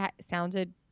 sounded